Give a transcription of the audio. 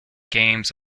games